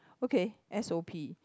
okay S_O_P